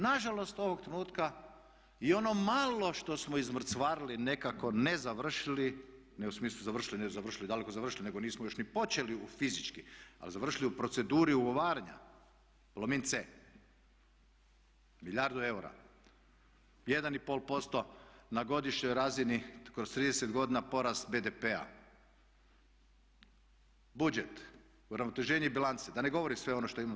Nažalost ovog trenutka i ono malo što smo izmrcvarili, nekako ne završili, ne u smislu završili, ne završili, daleko završili, nego nismo još ni počeli fizički ali završili u proceduri ugovaranja Plomin C, milijardu eura, 1,5% na godišnjoj razini kroz 30 godina porast BDP-a, budžet, uravnoteženje bilance, da ne govorim sve ono što imam.